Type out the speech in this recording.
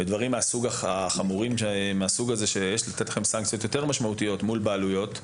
ודברים חמורים מהסוג הזה סנקציות יותר משמעותיות מול בעלויות.